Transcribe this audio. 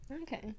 Okay